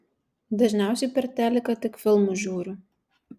dažniausiai per teliką tik filmus žiūriu